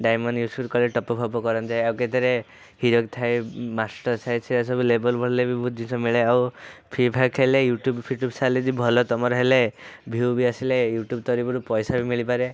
diamond use କଲେ top up ହେବ କରନ୍ତି ଆଉ କେତେରେ ହୀରକ ଥାଏ ମାଷ୍ଟର୍ ଥାଏ ସେ ସବୁ ଲେବୁଲ୍ ବଢ଼ିଲେ ବି ବହୁତ ଜିନିଷ ମିଳେ ଆଉ ଫ୍ରି ଫାୟାର୍ ଖେଳିଲେ ୟୁଟ୍ୟୁବ୍ ଫୁଟ୍ୟୁବ୍ ସାଲେରୀ ଭଲ ତୁମର ହେଲେ ଭିୟୁ ବି ଆସିଲେ ୟୁଟ୍ୟୁବ୍ ତରଫରୁ ପଇସା ବି ମିଳିପାରେ